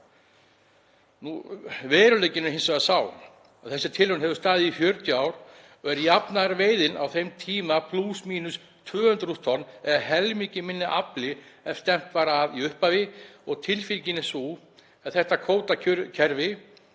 Veruleikinn er hins vegar sá að þessi tilraun hefur staðið í 40 ár og er jafnaðarveiðin á þeim tíma plús/mínus 200.000 tonn eða helmingi minni afli en stefnt var að í upphafi. Tilfinningin er sú að þetta kvótakerfi